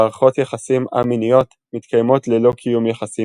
מערכות יחסים א-מיניות מתקיימות ללא קיום יחסים